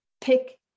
Pick